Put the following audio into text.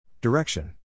Direction